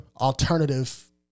alternative